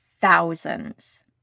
thousands